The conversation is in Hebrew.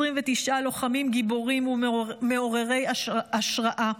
29 לוחמים גיבורים ומעוררי השראה.